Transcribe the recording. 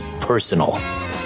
personal